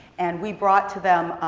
and we brought to them,